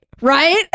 right